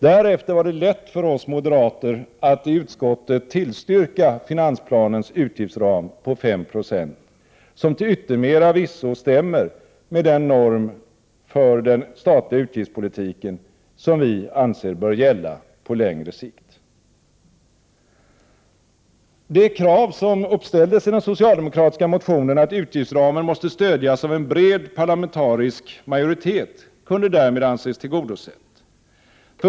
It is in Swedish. Därefter var det lätt för oss moderater att i utskottet tillstyrka finansplanens utgiftsram på 5 960, som till yttermera visso stämmer med den norm för den statliga utgiftspolitiken som vi anser bör gälla på ? längre sikt. Det krav som uppställdes i den socialdemokratiska motionen, att utgiftsramen måste stödjas av en bred parlamentarisk majoritet, kunde därmed anses vara tillgodosett.